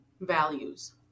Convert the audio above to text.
values